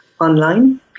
online